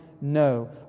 no